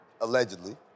allegedly